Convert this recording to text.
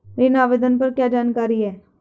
ऋण आवेदन पर क्या जानकारी है?